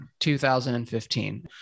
2015